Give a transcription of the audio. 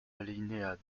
alinéas